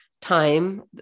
time